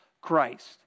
Christ